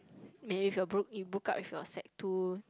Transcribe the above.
maybe if you are broke you broke up with your sec-two